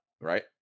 right